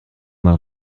mal